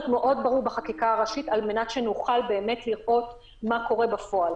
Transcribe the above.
מאוד ברור בחקיקה הראשית על מנת שנוכל באמת לראות מה קורה בפועל.